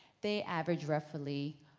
they average roughly